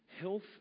health